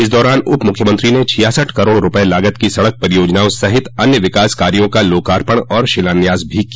इस दौरान उपमुख्यमंत्री ने छियासठ करोड़ रूपये लागत की सड़क परियोजनाओं सहित अन्य विकास कार्यो का लाकोर्पण और शिलान्यास भी किया